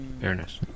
Fairness